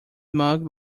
mug